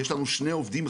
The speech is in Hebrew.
יש לנו שני עובדים,